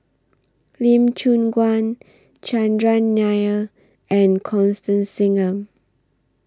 Lee Choon Guan Chandran Nair and Constance Singam